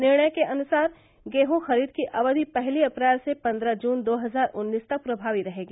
निर्णय के अनुसार गेहूँ खरीद की अवधि पहली अप्रैल से पन्द्रह जून दो हज़ार उन्नीस तक प्रभावी रहेगी